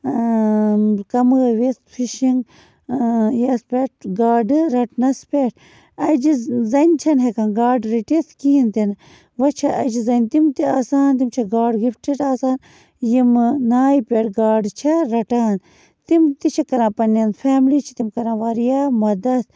کَمٲوِتھ فِشِنٛگ یَتھ پٮ۪ٹھ گاڈٕ رَٹنَس پٮ۪ٹھ اَجہِ زَنہِ چھَنہٕ ہٮ۪کان گاڈٕ رٔٹِتھ کِہیٖنۍ تِنہٕ وۄنۍ چھِ اَجہِ زَنہِ تِم تہِ آسان تِم چھےٚ گاڈ گِفٹٕڈ آسان یِمہٕ نایہِ پٮ۪ٹھ گاڈٕ چھےٚ رَٹان تِم تہِ چھِ کَران پنٛنٮ۪ن فیملی چھِ تِم کَران واریاہ مَدت